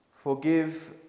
Forgive